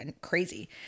crazy